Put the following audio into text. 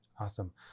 Awesome